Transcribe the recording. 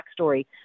backstory